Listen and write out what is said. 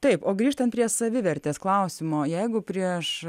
taip o grįžtant prie savivertės klausimo jeigu prieš